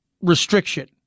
Restriction